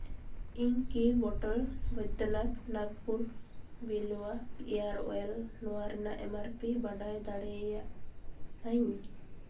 ᱤᱧ ᱠᱤ ᱵᱳᱴᱚᱞ ᱵᱳᱭᱫᱚᱱᱟᱛᱷ ᱱᱟᱜᱽᱯᱩᱨ ᱵᱮᱞᱩᱣᱟ ᱤᱭᱟᱨ ᱳᱭᱮᱞ ᱱᱚᱣᱟ ᱨᱮᱭᱟᱜ ᱮᱢ ᱟᱨ ᱯᱤ ᱵᱟᱰᱟᱭ ᱫᱟᱲᱮᱭᱟᱜ ᱟᱹᱧ